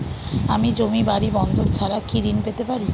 আমি জমি বাড়ি বন্ধক ছাড়া কি ঋণ পেতে পারি?